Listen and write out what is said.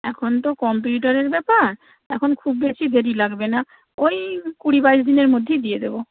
এখন তো কম্পিউটারের ব্যাপার এখন খুব বেশি দেরি লাগবে না ওই কুড়ি বাইশ দিনের মধ্যেই দিয়ে দেবো